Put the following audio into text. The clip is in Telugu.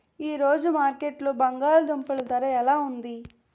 ఈ రోజు మార్కెట్లో బంగాళ దుంపలు ధర ఎలా ఉంది?